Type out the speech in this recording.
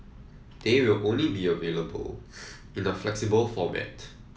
they will only be available in a flexible format